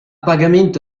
pagamento